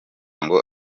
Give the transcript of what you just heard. ngo